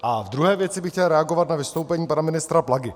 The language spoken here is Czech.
V druhé věci bych chtěl reagovat na vystoupení pana ministra Plagy.